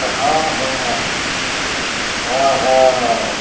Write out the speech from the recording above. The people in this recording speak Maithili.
तऽ हाँ हाँ हाँ हाँ